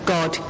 God